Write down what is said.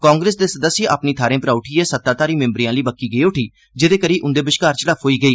कांग्रेस दे सदस्य अपनी थाहें परा उद्वियै सत्ताधारी मैम्बरें आहली बक्खी गे उटठी जेहदे करी उंदे बश्कार झड़फ्फ होई गेई